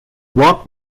what